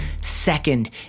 Second